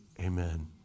amen